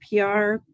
PR